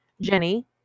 Jenny